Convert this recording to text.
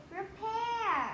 repair